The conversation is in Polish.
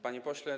Panie Pośle!